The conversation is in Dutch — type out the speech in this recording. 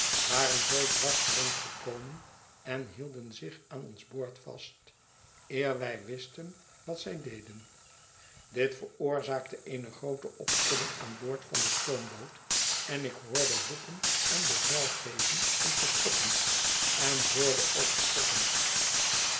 waren zoo dwars voor ons gekomen en hielden zich aan ons boord vast eer wij wisten wat zij deden dit veroorzaakte eene groote opschudding aan boord van de stoomboot en ik hoorde roepen en bevel geven om te stoppen en hoorde ook stoppen